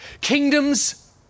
Kingdoms